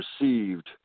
received